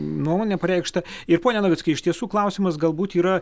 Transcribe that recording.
nuomonę pareikštą ir pone navickai iš tiesų klausimas galbūt yra